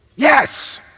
Yes